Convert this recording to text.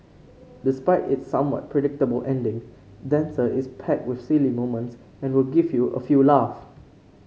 despite its somewhat predictable ending Dancer is packed with silly moments and will give you a few laugh